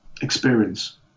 experience